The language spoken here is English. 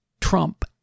Trump